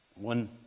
One